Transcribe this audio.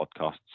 podcasts